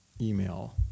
email